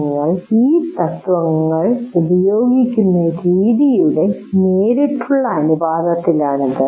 നിങ്ങൾ ഈ തത്ത്വങ്ങൾ ഉപയോഗിക്കുന്ന രീതിയുടെ നേരിട്ടുള്ള അനുപാതത്തിലാണ് ഇത്